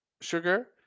sugar